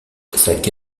quête